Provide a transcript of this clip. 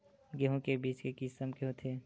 गेहूं के बीज के किसम के होथे?